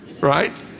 right